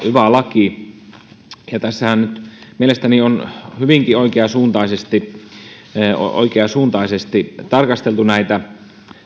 yva laki tässähän nyt mielestäni on hyvinkin oikeasuuntaisesti oikeasuuntaisesti tarkasteltu näitä